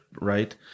right